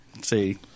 see